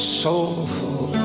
soulful